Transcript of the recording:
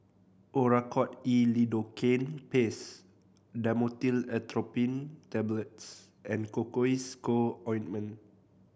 Oracort E Lidocaine Paste Dhamotil Atropine Tablets and Cocois Co Ointment